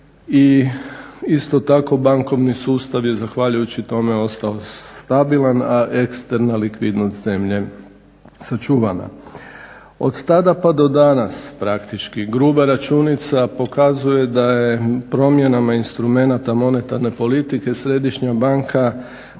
i isto tako bankovni sustav je zahvaljujući tome ostao stabilan, a eksterna likvidnost zemlje sačuvana. Od tada pa do danas praktički gruba računica pokazuje da je promjenama instrumenata monetarne politike Središnja banka